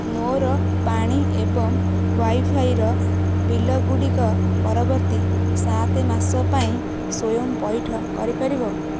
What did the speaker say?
ମୋର ପାଣି ଏବଂ ୱାଇଫାଇର ବିଲ୍ଗୁଡ଼ିକ ପରବର୍ତ୍ତୀ ସାତ ମାସ ପାଇଁ ସ୍ଵୟଂ ପଇଠ କରିପାରିବ